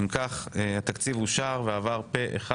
הצבעה אושר אם כך התקציב אושר ועבר פה אחד